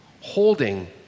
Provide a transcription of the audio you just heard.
holding